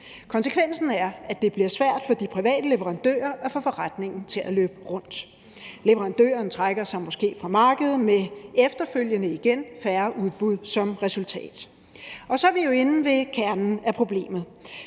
Konsekvensen er, at det bliver svært for de private leverandører at få forretningen til at løbe rundt. Leverandøren trækker sig måske fra markedet med igen efterfølgende færre udbud som resultat. Så er vi jo inde ved kernen af problemet,